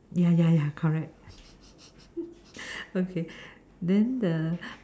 ya ya ya correct okay then the